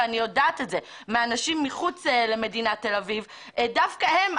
ואני יודעת זאת מאנשים מחוץ למדינת תל אביב דווקא הם,